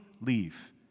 leave